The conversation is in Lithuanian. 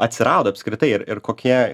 atsirado apskritai ir ir kokie